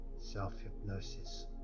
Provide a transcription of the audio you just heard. Self-hypnosis